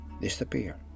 disappear